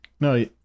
No